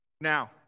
Now